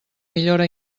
millora